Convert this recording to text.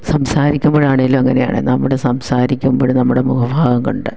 സംസാരിക്കുമ്പോഴാണെങ്കിലും അങ്ങനെയാണ് നമ്മുടെ സംസാരിക്കുമ്പോഴും നമ്മുടെ മുഖഭാവം കൊണ്ട്